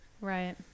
Right